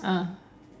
ah